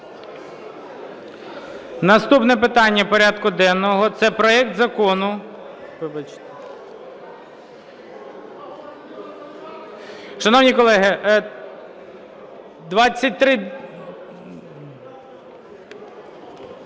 Наступне питання порядку денного – це проект Закону…